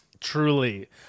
Truly